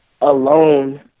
alone